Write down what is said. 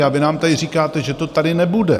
A vy nám tady říkáte, že to tady nebude.